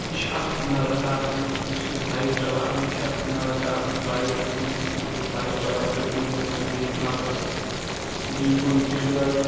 یہِ چھُ اکھ ہُنر اکھ آسان یُس یہِ بایِک چلاوٕنۍ یہِ چھُ اکھ ہُنر اکھ آسان بایک ہٮ۪کون أسۍ مطلب یُس بایِک چلایہِ پٔتکِنۍ بیہنایہِ بیٚیِس نفرس نیی کُنہِ تہِ جایہِ